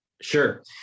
Sure